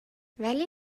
ولی